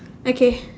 okay